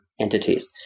entities